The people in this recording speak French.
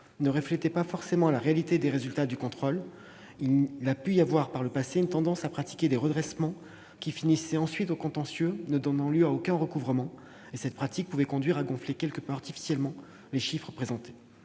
ne reflétaient pas forcément la réalité des résultats du contrôle : il a pu y avoir, par le passé, une tendance à pratiquer des redressements qui finissaient au contentieux sans donner lieu à aucun recouvrement. Cette pratique pouvait conduire à gonfler quelque peu artificiellement les chiffres présentés.